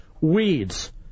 Weeds